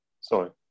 sorry